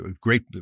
great